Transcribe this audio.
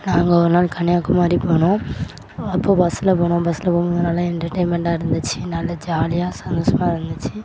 நாங்கள் ஒரு நாள் கன்னியாகுமரி போனோம் அப்போது பஸ்ஸில் போனோம் பஸ்ஸில் போகும்போது நல்லா என்டர்டைமெண்ட்டாக இருந்துச்சு நல்ல ஜாலியாக சந்தோஸமாக இருந்துச்சு